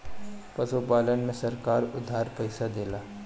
पशुपालन में सरकार उधार पइसा देला?